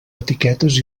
etiquetes